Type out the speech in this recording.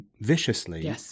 viciously